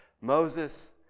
Moses